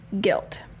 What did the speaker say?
guilt